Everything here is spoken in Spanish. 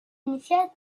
iniciar